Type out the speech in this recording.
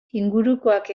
ingurukoak